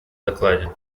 докладе